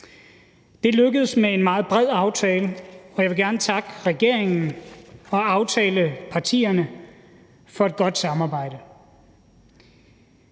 Det lykkedes med en meget bred aftale, og jeg vil gerne takke regeringen og aftalepartierne for et godt samarbejde.